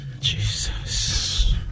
Jesus